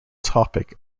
topic